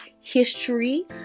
history